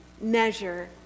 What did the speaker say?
measure